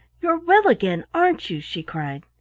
you're well again, aren't you? she cried.